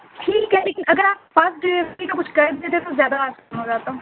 ٹھیک ہے لیکن اگر آپ فاسٹ ڈلیوری کا کچھ کر دیتے تو زیادہ آسم ہو جاتا